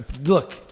Look